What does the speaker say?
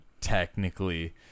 technically